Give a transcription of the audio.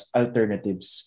alternatives